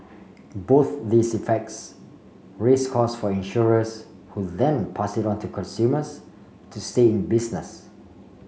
both these effects raise costs for insurers who then pass it on to consumers to stay in business